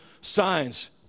signs